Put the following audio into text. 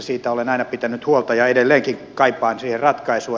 siitä olen aina pitänyt huolta ja edelleenkin kaipaan siihen ratkaisua